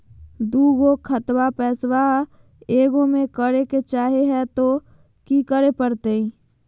दू गो खतवा के पैसवा ए गो मे करे चाही हय तो कि करे परते?